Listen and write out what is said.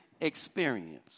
experience